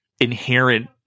inherent